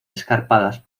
escarpadas